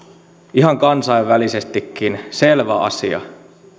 ihan kansainvälisestikin selvä asia